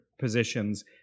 positions